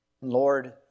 Lord